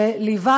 שליווה,